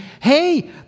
hey